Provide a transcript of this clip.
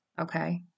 okay